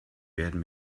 werden